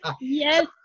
yes